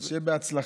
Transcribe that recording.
אז שיהיה בהצלחה,